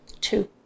Two